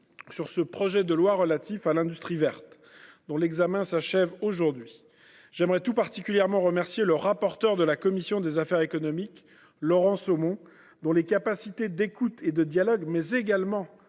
sur le projet de loi relatif à l’industrie verte, dont l’examen s’achève aujourd’hui. J’aimerais tout particulièrement remercier le rapporteur de la commission des affaires économiques, Laurent Somon, dont les capacités d’écoute et de dialogue, mais aussi